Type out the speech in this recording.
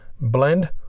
blend